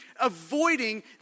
avoiding